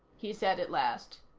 he said at last.